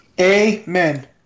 Amen